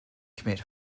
commit